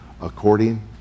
according